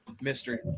mystery